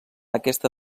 aquesta